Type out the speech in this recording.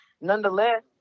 nonetheless